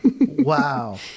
Wow